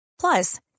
Plus